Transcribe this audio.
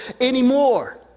anymore